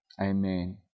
Amen